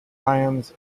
plans